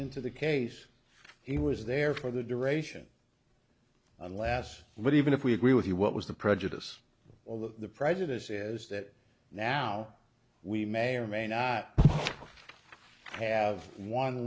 into the case he was there for the duration unless what even if we agree with you what was the prejudice or the prejudice is that now we may or may not have one